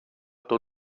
tot